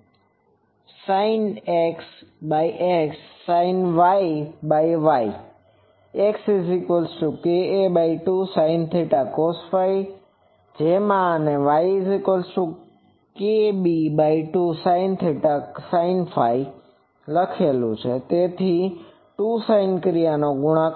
જેમાં XKa2 sinθ cosɸ અને YKb2sinθ sinɸ તેથી 2 sin ક્રિયાનો ગુણાકાર